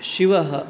शिवः